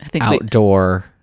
outdoor